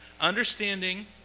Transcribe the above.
understanding